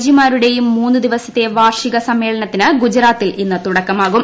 G മാരുടെയും മൂന്ന് ദിവസത്തെ വാർഷിക സമ്മേളനത്തിന് ഗുജറാത്തിൽ ഇന്ന് തുടക്കമാകും